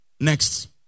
Next